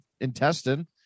intestine